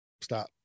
stop